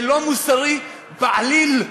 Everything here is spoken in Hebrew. זה לא מוסרי בעליל,